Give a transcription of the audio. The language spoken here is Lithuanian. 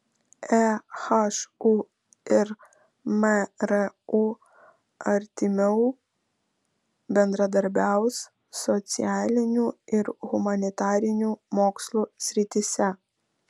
ehu ir mru artimiau bendradarbiaus socialinių ir humanitarinių mokslų srityse